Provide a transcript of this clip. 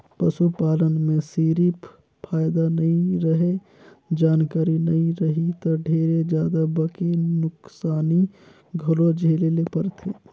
पसू पालन में सिरिफ फायदा नइ रहें, जानकारी नइ रही त ढेरे जादा बके नुकसानी घलो झेले ले परथे